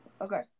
Okay